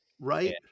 Right